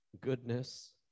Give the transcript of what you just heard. goodness